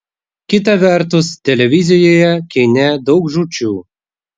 kita vertus televizijoje kine daug žūčių